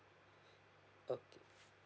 okay